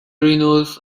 rhinos